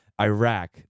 Iraq